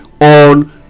on